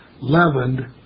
Leavened